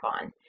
on